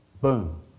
Boom